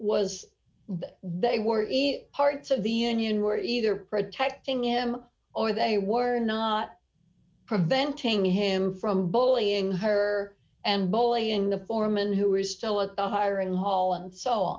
was they were parts of the union were either protecting him or they were not preventing him from bullying her and bullying the foreman who was still at the hiring hall and so